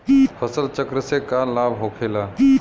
फसल चक्र से का लाभ होखेला?